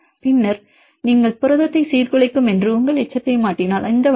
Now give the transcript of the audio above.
பின்னர் நீங்கள் புரதத்தை சீர்குலைக்கும் என்று உங்கள் எச்சத்தை மாற்றினால் இந்த வழக்கு